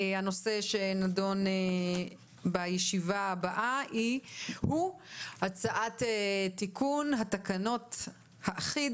הנושא שנידון בישיבה הזאת הוא הצעת תיקון התקנון האחיד